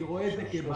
אני רואה את זה כבעיה.